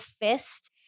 fist